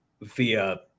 via